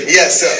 Yes